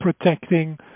protecting